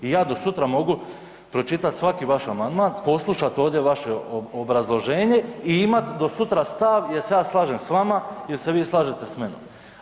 I ja do sutra mogu pročitati svaki vaš amandman, poslušati ovdje vaše obrazloženje i imat do sutra stav jer se ja slažem s vama ili se vi slažete s menom.